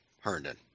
Herndon